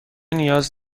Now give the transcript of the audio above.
نیاز